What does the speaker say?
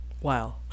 Wow